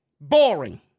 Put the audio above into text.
Boring